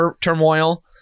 turmoil